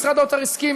משרד האוצר הסכים,